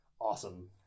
awesome